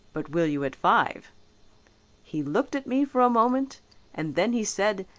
but will you at five he looked at me for a moment and then he said,